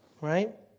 right